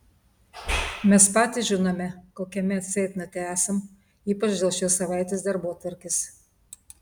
mes patys žinome kokiame ceitnote esam ypač dėl šios savaitės darbotvarkės